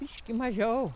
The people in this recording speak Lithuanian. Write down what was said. biškį mažiau